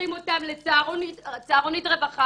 לוקחים אותם לצהרונית רווחה.